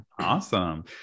Awesome